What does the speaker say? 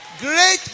Great